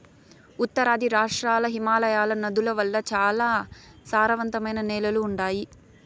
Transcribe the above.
ఉత్తరాది రాష్ట్రాల్ల హిమాలయ నదుల వల్ల చాలా సారవంతమైన నేలలు ఉండాయి